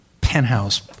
penthouse